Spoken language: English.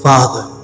Father